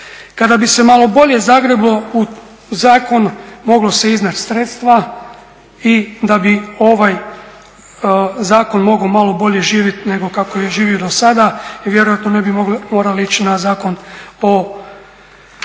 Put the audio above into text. Kada bi se malo bolje zagreblo u zakon moglo se iznaći sredstva i da bi ovaj zakon mogao bolje živjeti nego kako je živo dosada jer vjerojatno ne bi morali ići na zakon o,